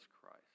Christ